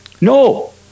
No